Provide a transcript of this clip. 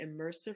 immersive